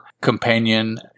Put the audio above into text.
companion